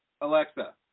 Alexa